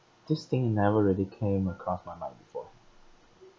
this thing never really came across my mind before